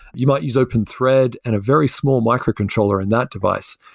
you might use openthread and a very small microcontroller in that device,